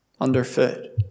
underfoot